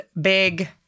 big